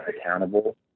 accountable